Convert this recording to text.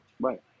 Right